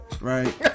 right